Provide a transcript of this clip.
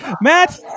Matt